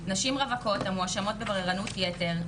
נשים רווקות המואשמות בבררנות יתר,